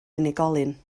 unigolyn